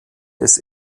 des